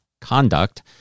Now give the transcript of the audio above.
conduct